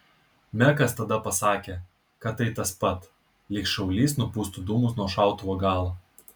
mekas tada pasakė kad tai tas pat lyg šaulys nupūstų dūmus nuo šautuvo galo